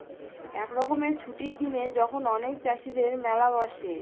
এক রকমের ছুটির দিনে যখন অনেক চাষীদের মেলা বসে